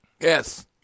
Yes